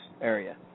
area